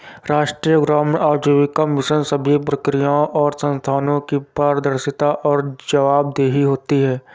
राष्ट्रीय ग्रामीण आजीविका मिशन सभी प्रक्रियाओं और संस्थानों की पारदर्शिता और जवाबदेही होती है